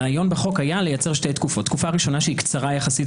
הרעיון בחוק היה לייצר שתי תקופות: אחת שהיא קצרה יחסית,